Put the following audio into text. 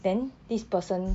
then this person